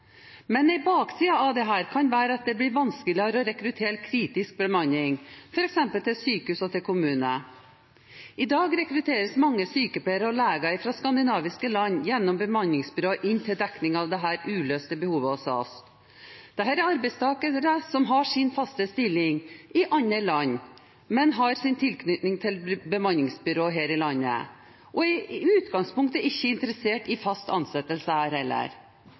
Men en bakside av dette kan være at det blir vanskeligere å rekruttere kritisk bemanning til f.eks. sykehus og kommuner. I dag rekrutteres mange sykepleiere og leger fra skandinaviske land gjennom bemanningsbyråer for å dekke det uløste behovet hos oss. Dette er arbeidstakere som har fast stilling i et annet land, men har tilknytning til bemanningsbyrå her i landet og er i utgangspunktet ikke interessert i fast ansettelse her. De bruker ferier eller